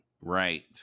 Right